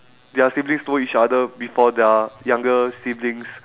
their siblings know each other before their younger siblings